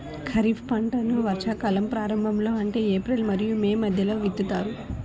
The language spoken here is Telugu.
ఖరీఫ్ పంటలను వర్షాకాలం ప్రారంభంలో అంటే ఏప్రిల్ మరియు మే మధ్యలో విత్తుతారు